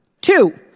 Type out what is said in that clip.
Two